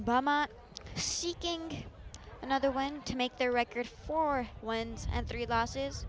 bamma seeking another one to make their record for ones and three losses